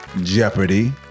Jeopardy